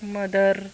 mother